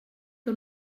que